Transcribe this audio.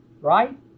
right